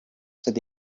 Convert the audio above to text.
said